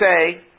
say